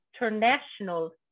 international